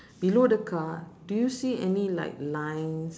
below the car do you see any like lines